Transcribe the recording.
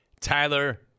Tyler